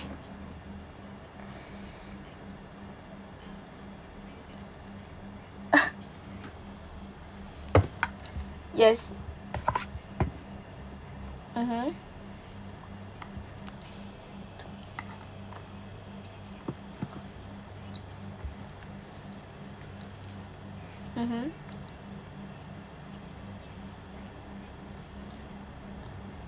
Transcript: yes mmhmm mmhmm